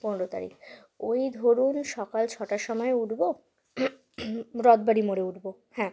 পনেরো তারিখ ওই ধরুন সকাল ছটার সময় উঠবো রথ বাড়ির মোড়ে উঠবো হ্যাঁ